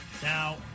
Now